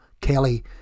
Kelly